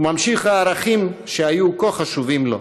וממשיך הערכים שהיו כה חשובים לו.